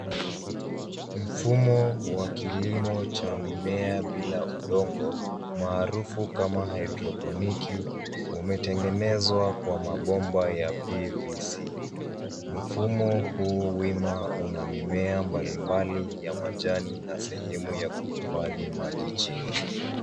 Mfumo wa kilimo cha mimea bila udongo maarufu kama hydroponic umetengenezwa kwa mabomba ya PVC. Mfumo huu wima una mimea mbali mbali ya majani na sehemu ya kuhifadhi maji chini.